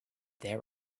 there